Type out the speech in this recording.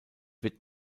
wird